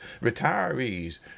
retirees